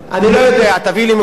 אני לא יודע, תביא לי מקורות.